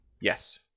Yes